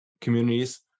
communities